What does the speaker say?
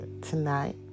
tonight